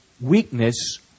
weakness